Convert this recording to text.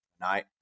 Night